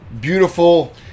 beautiful